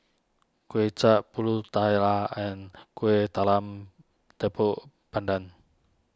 Kway Chap Pulut Tatal and Kueh Talam Tepong Pandan